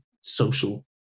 social